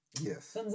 Yes